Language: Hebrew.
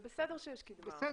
זה בסדר שיש קידמה.